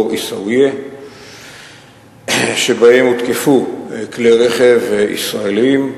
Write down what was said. עיסאוויה שבהם הותקפו כלי-רכב ישראליים,